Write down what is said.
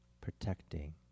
protecting